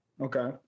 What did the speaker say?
Okay